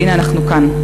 והנה אנחנו כאן.